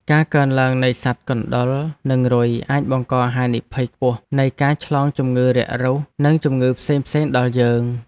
ការកើនឡើងនៃសត្វកណ្តុរនិងរុយអាចបង្កហានិភ័យខ្ពស់នៃការឆ្លងជំងឺរាករូសនិងជំងឺផ្សេងៗដល់យើង។